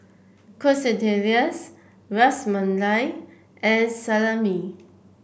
Quesadillas Ras Malai and Salami